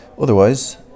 Otherwise